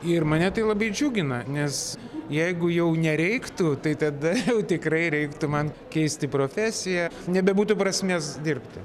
ir mane tai labai džiugina nes jeigu jau nereiktų tai tada jau tikrai reiktų man keisti profesiją nebebūtų prasmės dirbti